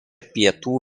pietų